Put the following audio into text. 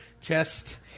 chest